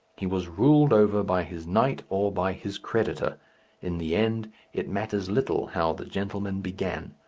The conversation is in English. he was ruled over by his knight or by his creditor in the end it matters little how the gentleman began.